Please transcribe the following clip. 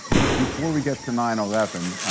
before we get to nine eleven,